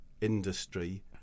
industry